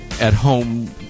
at-home